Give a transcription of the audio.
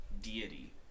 deity